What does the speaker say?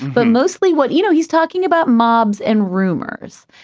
but mostly what you know, he's talking about mobs and rumors.